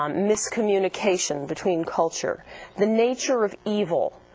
um miscommunication between cultures the nature of evil,